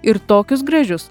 ir tokius gražius